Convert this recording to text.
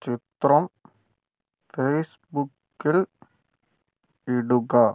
ചിത്രം ഫേയ്സ്ബുക്കിൽ ഇടുക